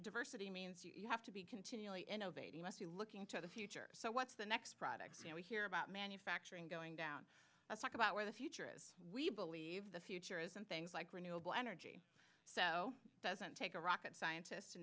diversity means you have to be continually innovating must be looking to the future so what's the next product we hear about manufacturing going down let's talk about where the future is we believe the future is in things like renewable energy so doesn't take a rocket scientist to